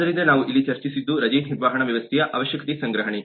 ಆದ್ದರಿಂದ ನಾವು ಇಲ್ಲಿ ಚರ್ಚಿಸಿದ್ದು ರಜೆ ನಿರ್ವಹಣಾ ವ್ಯವಸ್ಥೆಯ ಅವಶ್ಯಕತೆ ಸಂಗ್ರಹಣೆ